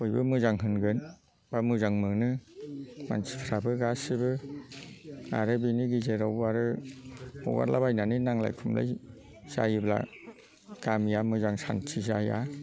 बयबो मोजां होनगोन बा मोजां मोनो मानसिफ्राबो गासिबो आरो बेनि गेजेरावबो आरो हगारलाबायनानै नांलाय खमलाय जायोब्ला गामिया मोजां सान्थि जाया